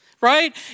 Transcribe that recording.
right